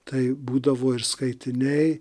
tai būdavo ir skaitiniai